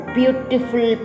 beautiful